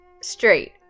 straight